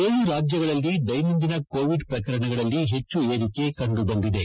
ಏಳು ರಾಜ್ಯಗಳಲ್ಲಿ ದ್ವೆನಂದಿನ ಕೋವಿಡ್ ಪ್ರಕರಣಗಳಲ್ಲಿ ಹೆಚ್ಚು ಏರಿಕೆ ಕಂಡು ಬಂದಿದೆ